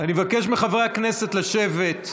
בעד רם שפע,